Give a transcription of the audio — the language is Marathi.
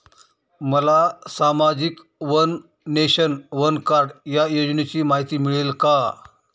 मला सामाजिक वन नेशन, वन कार्ड या योजनेची माहिती मिळेल का?